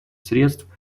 средств